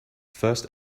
first